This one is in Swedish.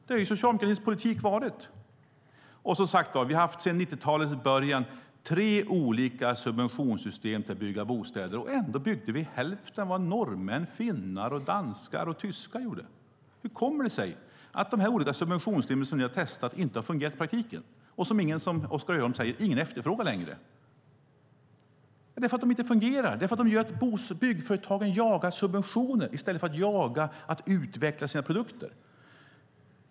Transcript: Så har socialdemokratins politik varit. Sedan 90-talets början har det funnits tre olika subventionssystem för att bygga bostäder. Ändå har vi byggt hälften av vad norrmän, finnar, danskar och tyskar har gjort. Hur kommer det sig att de olika subventionssystemen inte har fungerat i praktiken, och, precis som Oskar Öholm säger, ingen efterfrågar dem längre? Det är för att de inte fungerar. Det är för att byggföretagen jagar subventioner i stället för att utveckla sina produkter.